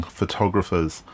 photographers